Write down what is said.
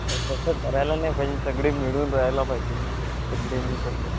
तसं करायला नाही पाहिजे सगळे मिळून राहायला पाहिजे सगळ्यांनी तसं